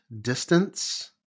distance